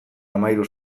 hamahiru